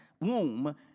womb